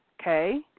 okay